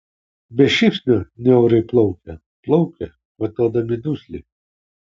be šypsnio niauriai plaukia plaukia kvatodami dusliai